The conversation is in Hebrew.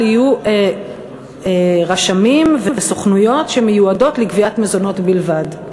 יהיו רשמים וסוכנויות שמיועדות לגביית מזונות בלבד.